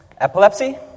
Epilepsy